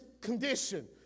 condition